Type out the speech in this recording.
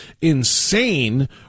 insane